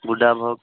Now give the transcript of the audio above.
बुड्डा भोग